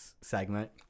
segment